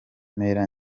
mpera